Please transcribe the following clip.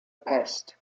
pest